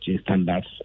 standards